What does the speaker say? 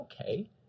okay